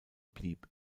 blieb